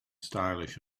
stylish